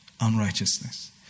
unrighteousness